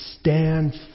Stand